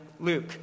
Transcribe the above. Luke